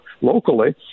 locally